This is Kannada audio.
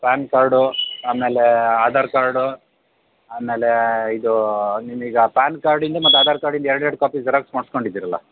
ಪ್ಯಾನ್ ಕಾರ್ಡು ಆಮೇಲೆ ಆಧಾರ್ ಕಾರ್ಡು ಆಮೇಲೆ ಇದು ನಿಮಗಾ ಪ್ಯಾನ್ ಕಾರ್ಡಿನದು ಮತ್ತು ಆಧಾರ್ ಕಾರ್ಡಿನದು ಎರಡು ಎರಡು ಕಾಪಿ ಜೆರಾಕ್ಸ್ ಮಾಡ್ಸ್ಕೊಂಡಿದ್ದೀರಲ್ಲಾ